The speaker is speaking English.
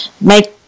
make